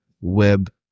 web